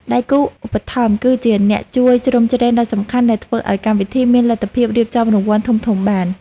ដៃគូឧបត្ថម្ភគឺជាអ្នកជួយជ្រោមជ្រែងដ៏សំខាន់ដែលធ្វើឱ្យកម្មវិធីមានលទ្ធភាពរៀបចំរង្វាន់ធំៗបាន។